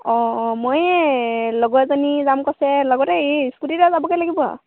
অঁ অঁ মই এই লগৰ এজনী যাম কৈছে লগতে এই স্কুটিতে যাবগৈ লাগিব